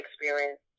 experience